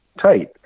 tight